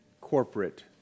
corporate